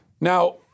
now